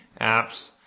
apps